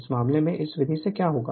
इस मामले में इस विधि से क्या होगा